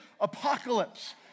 apocalypse